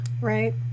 Right